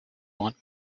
want